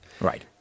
Right